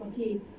Okay